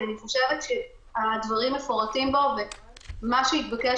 כי אני חושבת שהדברים מפורטים בו ומה שהתבקש